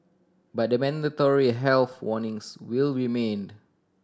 but the mandatory health warnings will remained